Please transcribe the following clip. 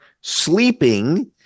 sleeping